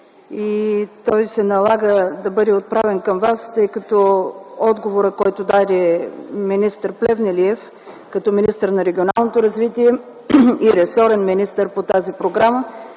Той се налага да бъде отправен към Вас, тъй като отговорът, който даде министър Плевнелиев като министър на регионалното развитие и благоустройството и ресорен министър по тази програма,